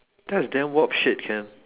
that's damn warped shit can